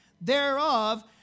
thereof